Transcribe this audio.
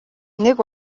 нэг